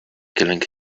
killing